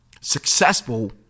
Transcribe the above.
successful